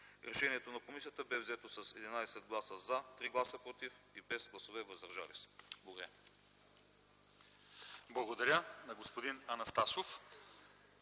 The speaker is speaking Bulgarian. Решението на комисията бе взето с 11 гласа „за”, 3 гласа „против” и без гласове „въздържали се”.” Благодаря.